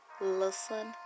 Listen